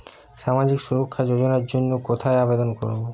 সামাজিক সুরক্ষা যোজনার জন্য কোথায় আবেদন করব?